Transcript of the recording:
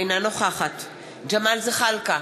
אינה נוכחת ג'מאל זחאלקה,